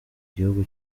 gihugu